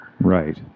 Right